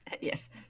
Yes